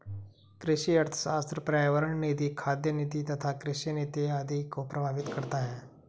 कृषि अर्थशास्त्र पर्यावरण नीति, खाद्य नीति तथा कृषि नीति आदि को प्रभावित करता है